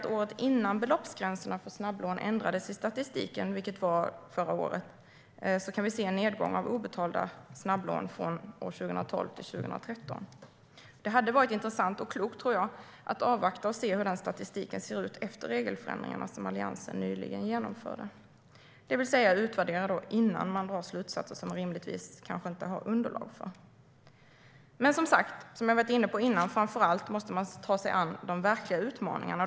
Men året innan beloppsgränserna för snabblån ändrades i statistiken, vilket var förra året, kan vi se en nedgång av obetalda snabblån från 2012 till 2013. Det hade varit intressant och klokt, tror jag, att avvakta och se hur statistiken ser ut efter de regelförändringar som Alliansen nyligen genomförde, det vill säga utvärdera innan man drar slutsatser som man rimligtvis inte har underlag för. Som jag har varit inne på förut: Framför allt måste man ta sig an de verkliga utmaningarna.